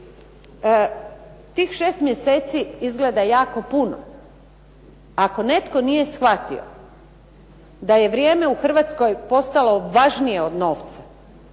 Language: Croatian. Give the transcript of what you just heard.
toga, tih 6 mjeseci izgleda jako puno. Ako netko nije shvatio da je vrijeme u Hrvatskoj postalo važnije od novca,